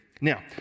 Now